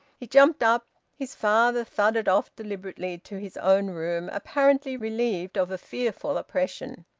he jumped up. his father thudded off deliberately to his own room, apparently relieved of a fearful oppression,